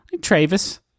Travis